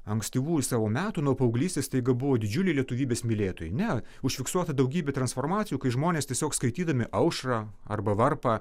ankstyvųjų savo metų nuo paauglystės staiga buvo didžiuliai lietuvybės mylėtojai ne užfiksuota daugybė transformacijų kai žmonės tiesiog skaitydami aušrą arba varpą